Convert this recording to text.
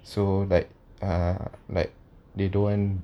so like uh like they don't want